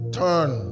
turn